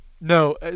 No